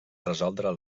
resoldre